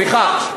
סליחה.